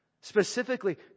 Specifically